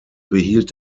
behielt